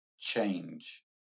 change